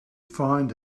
find